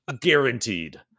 Guaranteed